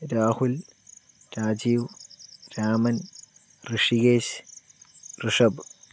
Rahul Rajeev Raman Rishikesh Rishabh